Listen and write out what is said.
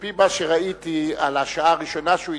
על-פי מה שראיתי בשעה הראשונה שהוא התחיל,